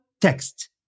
text